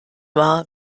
wahr